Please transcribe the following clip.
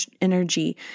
energy